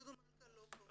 דודו מלכה לא פה.